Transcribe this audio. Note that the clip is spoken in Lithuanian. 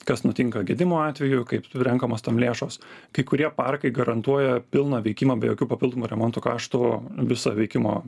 kas nutinka gedimo atveju kaip renkamos tam lėšos kai kurie parkai garantuoja pilną veikimą be jokių papildomų remontų kaštų visą veikimo